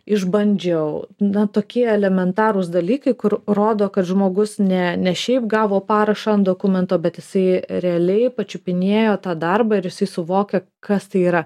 išbandžiau nu tokie elementarūs dalykai kur rodo kad žmogus ne ne šiaip gavo parašą an dokumento bet jisai realiai pačiupinėjo tą darbą ir jisai suvokia kas tai yra